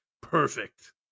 Perfect